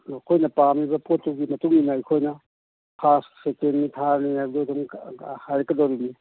ꯅꯈꯣꯏꯅ ꯄꯥꯝꯃꯤꯕ ꯄꯣꯠꯇꯨꯒꯤ ꯃꯇꯨꯡ ꯏꯟꯅ ꯑꯩꯈꯣꯏꯅ ꯐꯥꯁ ꯁꯦꯀꯦꯟꯅꯤ ꯊꯥꯔꯅꯤ ꯍꯥꯏꯕꯗꯣ ꯑꯗꯨꯝ ꯍꯥꯏꯔꯛꯀꯗꯣꯔꯤꯃꯤ